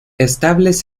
estables